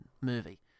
movie